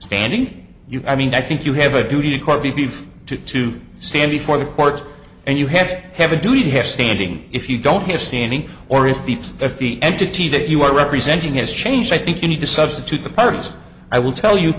standing i mean i think you have a duty to quote the beef to to stand before the court and you have to have a duty to have standing if you don't have standing or if the if the entity that you are representing has changed i think you need to substitute the purpose i will tell you